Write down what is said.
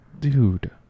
dude